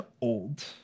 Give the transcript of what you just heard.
old